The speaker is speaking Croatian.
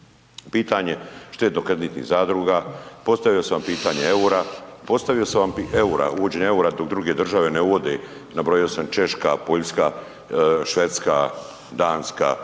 pitanje štedno-kreditnih zadruga, postavio sam vam pitanje eura, uvođenja eura dok druge države ne uvode, nabrojao sam Češka, Poljska, Švedska, Danska